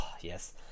Yes